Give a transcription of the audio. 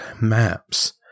maps